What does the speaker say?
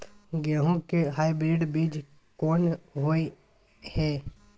गेहूं के हाइब्रिड बीज कोन होय है?